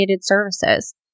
services